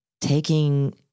taking